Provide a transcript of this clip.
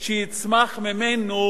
שיצמח ממנו,